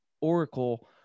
Oracle